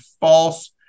false